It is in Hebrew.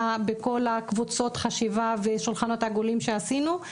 בכל קבוצות החשיבה ושולחנות עגולים שעשינו.